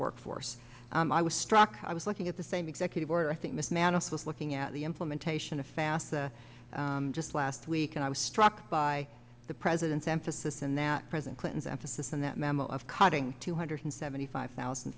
workforce i was struck i was looking at the same executive order i think mismanage was looking at the implementation of fast just last week and i was struck by the president's emphasis in that president clinton's emphasis in that memo of cutting two hundred seventy five thousand